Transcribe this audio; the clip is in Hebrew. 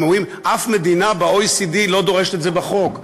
הם אומרים: אף מדינה ב-OECD לא דורשת את זה בחוק.